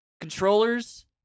controllers